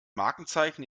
markenzeichen